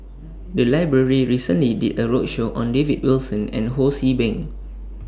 The Library recently did A roadshow on David Wilson and Ho See Beng